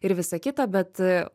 ir visa kita bet